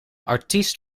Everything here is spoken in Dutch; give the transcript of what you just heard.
artiest